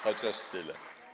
Chociaż tyle.